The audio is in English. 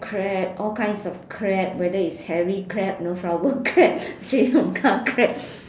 crab all kinds of crab whether is hairy crab know flower crab crab